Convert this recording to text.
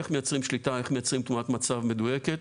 איך מייצרים שליטה, איך מייצרים תמונת מצב מדויקת.